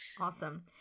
awesome